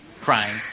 crying